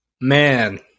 man